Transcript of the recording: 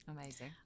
amazing